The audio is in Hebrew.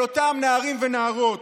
של אותם נערים ונערות,